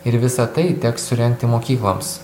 ir visa tai teks surengti mokykloms